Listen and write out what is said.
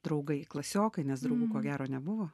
draugai klasiokai nes draugų ko gero nebuvo